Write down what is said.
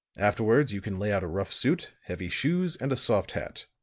afterwards you can lay out a rough suit, heavy shoes and a soft hat.